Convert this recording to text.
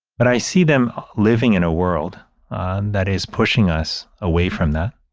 but i see them living in a world that is pushing us away from that.